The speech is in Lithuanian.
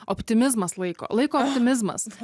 optimizmas laiko laiko optimizmas